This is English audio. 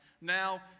Now